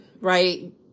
right